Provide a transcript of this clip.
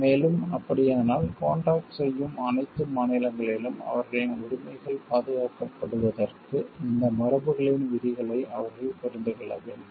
மேலும் அப்படியானால் கான்ட்ராக்ட் செய்யும் அனைத்து மாநிலங்களிலும் அவர்களின் உரிமைகள் பாதுகாக்கப்படுவதற்கு இந்த மரபுகளின் விதிகளை அவர்கள் புரிந்து கொள்ள வேண்டும்